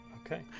Okay